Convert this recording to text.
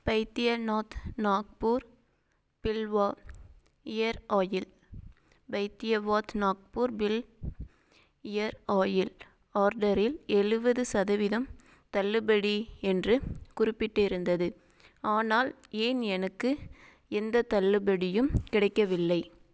Baidyanath Nagpur Bilwa ear oil Baidyanath Nagpur ear oil ஆர்டரில் எழுவது சதவீதம் தள்ளுபடி என்று குறிப்பிட்டிருந்தது ஆனால் ஏன் எனக்கு எந்தத் தள்ளுபடியும் கிடைக்கவில்லை